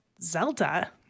Zelda